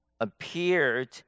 appeared